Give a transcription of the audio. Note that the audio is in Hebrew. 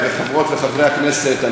וחברי הכנסת,